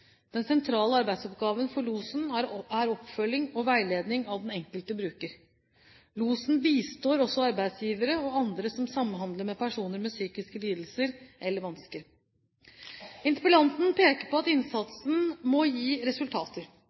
Den sentrale arbeidsoppgaven for losen er oppfølging og veiledning av den enkelte bruker. Losene bistår også arbeidsgivere og andre som samhandler med personer med psykiske lidelser eller vansker. Interpellanten peker på at innsatsen må gi resultater.